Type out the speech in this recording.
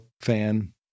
fan